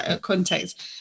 context